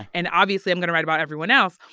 and obviously i'm going to write about everyone else,